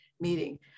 meeting